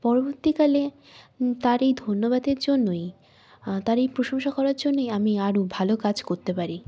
পরবর্তীকালে তার এই ধন্যবাদের জন্যই তার এই প্রশংসা করার জন্যই আমি আরও ভালো কাজ করতে পারি